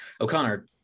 O'Connor